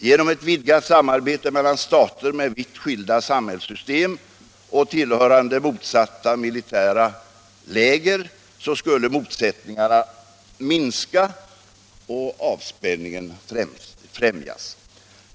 Genom ett vidgat samarbete mellan stater med vitt skilda samhällssystem och tillhörande motsatta militära läger skulle motsättningarna minska och avspänningen främjas.